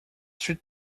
treat